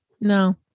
No